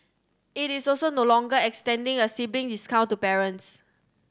it is also no longer extending a sibling discount to parents